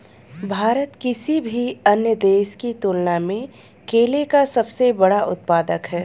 भारत किसी भी अन्य देश की तुलना में केले का सबसे बड़ा उत्पादक है